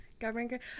Government